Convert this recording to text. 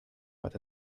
but